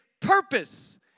purpose